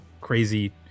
crazy